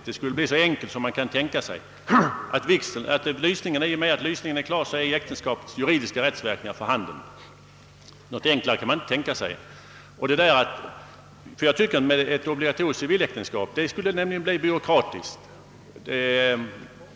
Förfarandet skulle ju vara så en kelt som man kan tänka sig: i och med att lysningen är klar så har äktenskapet juridisk rättsverkan. Något enklare kan man inte gärna tänka sig. Också jag tycker att ett obligatoriskt civiläktenskap skulle innebära onödig byråkrati,